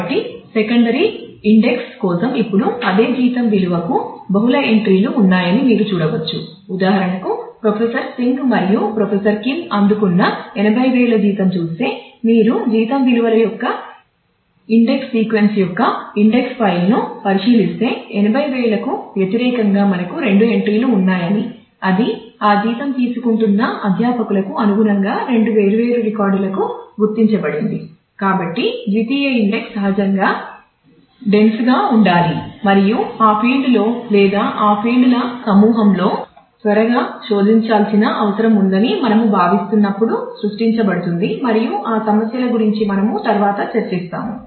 కాబట్టి secondary index గా ఉండాలి మరియు ఆ ఫీల్డ్స్ లో లేదా ఆ ఫీల్డ్స్ ల సమూహంలో త్వరగా శోధించాల్సిన అవసరం ఉందని మనము భావిస్తున్నప్పుడు సృష్టించబడుతుంది మరియు ఆ సమస్యల గురించి మనము తరువాత చర్చిస్తాము